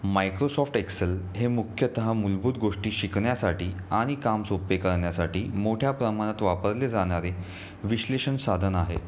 Microsoft Excel हे मुख्यतः मूलभूत गोष्टी शिकण्यासाठी आणि काम सोपे करण्यासाठी मोठ्या प्रमाणात वापरले जाणारे विश्लेषण साधन आहे